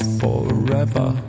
forever